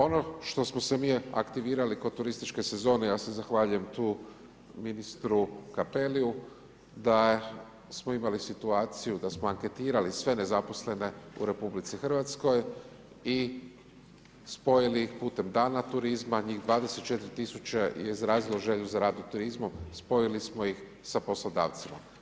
Ono što smo se mi aktivirali kod turističke sezone, ja se zahvaljujem tu ministru Cappelliu da smo imali situaciju da smo anketirali sve nezaposlene u RH i spojili ih putem Dana turizma njih 24 tisuće je izrazilo želju za rad u turizmu, spojili smo ih sa poslodavcima.